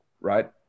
right